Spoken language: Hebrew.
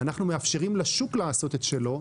אנחנו מאפשרים לשוק לעשות את שלו,